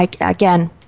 again